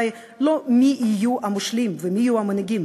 היא לא מי יהיו המושלים ומי יהיו המנהיגים,